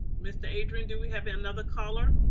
mr. adrian, do we have another caller?